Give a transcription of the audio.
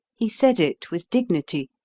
he said it with dignity,